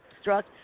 struck